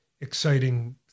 exciting